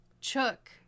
Chuck